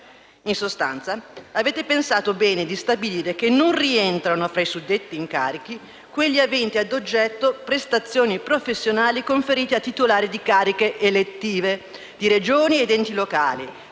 In sostanza, avete pensato bene di stabilire che non rientrano tra i suddetti incarichi quelli aventi a oggetto prestazioni professionali conferiti a titolari di cariche elettive di Regioni ed enti locali